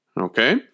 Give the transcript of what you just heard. okay